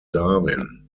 darwin